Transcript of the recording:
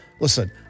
Listen